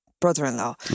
brother-in-law